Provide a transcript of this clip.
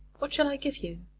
what shall i give you?